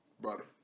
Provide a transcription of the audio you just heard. brother